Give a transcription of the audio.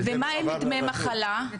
ומה עם דמי מחלה?